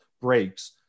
breaks